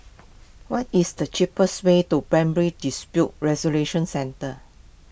what is the cheapest way to Primary Dispute Resolution Centre